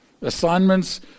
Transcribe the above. Assignments